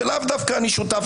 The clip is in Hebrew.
שלאו דווקא אני שותף